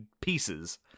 pieces